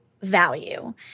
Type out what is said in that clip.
value